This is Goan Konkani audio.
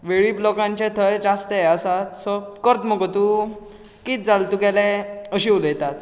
वेळीप लोकांचें थंय जास्त हें आसा सो कर्त मगो तूं कित जाल तुगेलें अशी उलयतात